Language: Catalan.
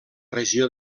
regió